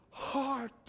Heart